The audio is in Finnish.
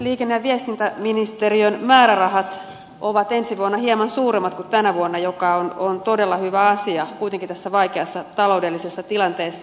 liikenne ja viestintäministeriön määrärahat ovat ensi vuonna hieman suuremmat kuin tänä vuonna mikä on todella hyvä asia kuitenkin tässä vaikeassa taloudellisessa tilanteessa